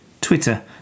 Twitter